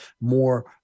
more